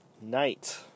night